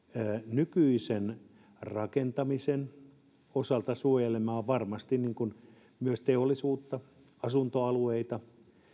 nykyisen rakentamisen osalta suojelemaan varmasti myös teollisuutta asuntoalueita